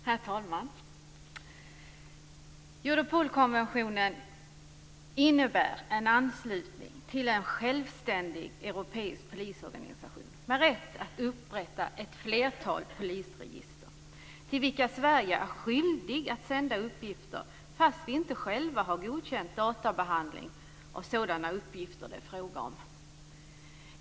Herr talman! Europolkonventionen innebär en anslutning till en självständig europeisk polisorganisation med rätt att upprätta ett flertal polisregister till vilka Sverige är skyldigt att sända uppgifter, trots att vi själva inte har godkänt databehandling av sådana uppgifter som det är fråga om.